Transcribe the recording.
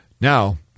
Now